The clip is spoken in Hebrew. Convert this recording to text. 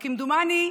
כמדומני,